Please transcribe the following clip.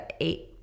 eight